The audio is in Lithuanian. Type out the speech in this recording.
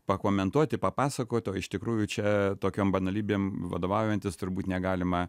pakomentuoti papasakoti o iš tikrųjų čia tokiom banalybėm vadovaujantis turbūt negalima